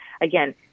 Again